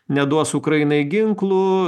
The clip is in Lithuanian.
neduos ukrainai ginklų